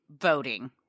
voting